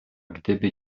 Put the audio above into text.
gdyby